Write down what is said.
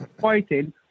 fighting